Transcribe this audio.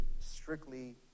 strictly